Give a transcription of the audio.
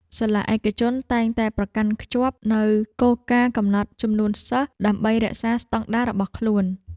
សាលាឯកជនតែងតែប្រកាន់ខ្ជាប់នូវគោលការណ៍កំណត់ចំនួនសិស្សដើម្បីរក្សាស្តង់ដាររបស់ខ្លួន។